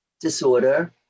disorder